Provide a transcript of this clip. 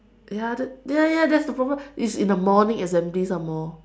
ya that ya ya that is the problem it is in the morning assembly some more